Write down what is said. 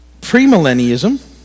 premillennialism